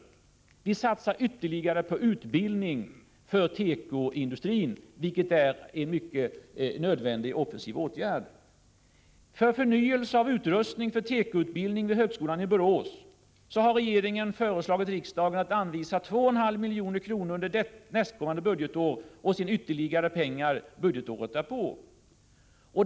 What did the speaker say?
Vi satsar ytterligare på utbildning för tekoindustrin, vilket är en mycket nödvändig offensiv åtgärd. För förnyelse av utrustning för tekoutbildning vid högskolan i Borås har regeringen föreslagit riksdagen att anvisa 2,5 milj.kr. under nästkommande budgetår och sedan ytterligare pengar budgetåret därpå.